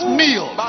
meal